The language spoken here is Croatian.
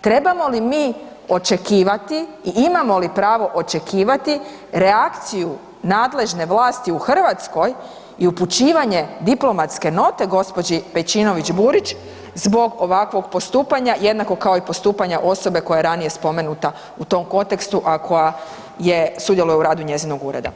trebamo li mi očekivati i imamo li pravo očekivati reakciju nadležne vlasti u Hrvatskoj i upućivanje diplomatske note gđi. Pejčinović Burić zbog ovakvog postupanja, jednako kao i postupanja osobe koja je ranije spomenuta u tom kontekstu, a koja je sudjelovala u radu njezinog ureda?